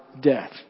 death